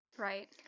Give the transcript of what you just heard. Right